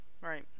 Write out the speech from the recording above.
right